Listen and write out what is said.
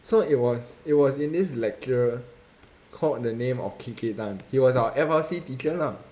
so it was it was in this lecturer called the name of K K tan he was our F_R_C teacher lah